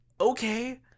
okay